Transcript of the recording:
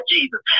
Jesus